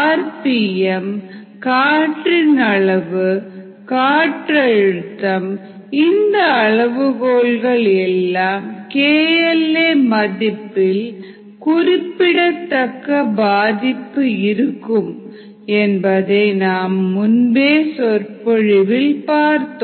R P M காற்றின் அளவு காற்றழுத்தம் இந்த அளவுகோல்கள் எல்லாம் KL a மதிப்பில் குறிப்பிடத்தக்க பாதிப்பு இருக்கும் என்பதை நாம் முன்பே சொற்பொழிவில் பார்த்தோம்